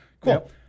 Cool